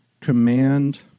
command